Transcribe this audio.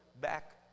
back